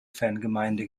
fangemeinde